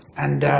and